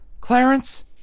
Clarence